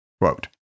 Quote